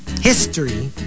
History